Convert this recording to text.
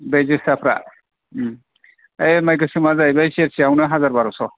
बे जोसाफ्रा यै माइ गोसोमा जाहैबाय बे सेरसेयावनो हाजार बार'स'